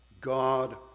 God